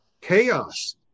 chaos